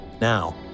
Now